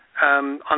on